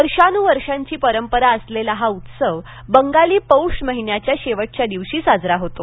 वर्षानुवर्षांची परंपरा असलेला हा उत्सव बंगाली पौष महिन्याच्या शेवटच्या दिवशी साजरा केला जातो